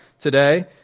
today